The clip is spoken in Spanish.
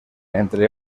entre